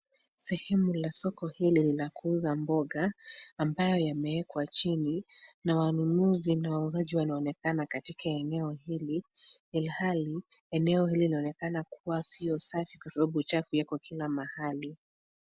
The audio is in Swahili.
Sehemu la soko hili linakuza mboga, ambayo yamewekwa chini na wanunuzi na wauzaji wanaonekana katika eneo hili, ilhali eneo hili linaonekana kuwa sio safi kwa sababu uchafu yako kila mahali.